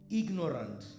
ignorant